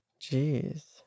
Jeez